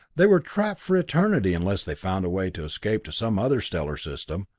they were trapped for eternity unless they found a way to escape to some other stellar system.